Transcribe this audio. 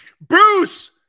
Bruce